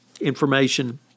information